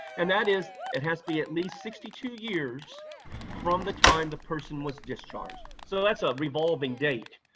and that is, it has to be at least sixty two years from the time the person was discharged. so that's a revolving date.